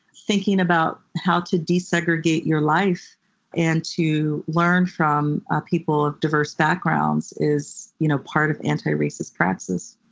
thinking about how to desegregate your life and to learn from people of diverse backgrounds is you know part of anti-racist praxis.